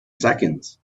seconds